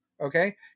Okay